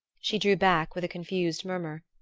she drew back with a confused murmur.